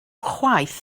chwaith